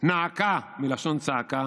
נאקה" מלשון צעקה,